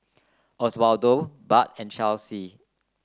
Oswaldo Bart and Chelsey